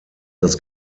das